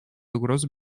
угрозу